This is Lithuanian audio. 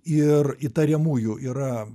ir įtariamųjų yra